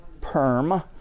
Perm